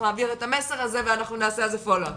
להעביר את המסר הזה ואנחנו נעשה על זה פולו אפ.